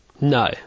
No